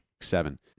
seven